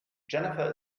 jennifer